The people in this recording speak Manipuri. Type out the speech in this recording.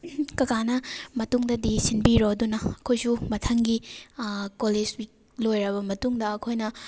ꯀꯀꯥꯅ ꯃꯇꯨꯡꯗꯗꯤ ꯁꯤꯟꯕꯤꯔꯣ ꯑꯗꯨꯅ ꯑꯩꯈꯣꯏꯁꯨ ꯃꯊꯪꯒꯤ ꯀꯣꯂꯦꯖ ꯋꯤꯛ ꯂꯣꯏꯔꯕ ꯃꯇꯨꯡꯗ ꯑꯩꯈꯣꯏꯅ